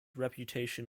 reputation